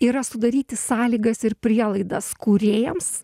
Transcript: yra sudaryti sąlygas ir prielaidas kūrėjams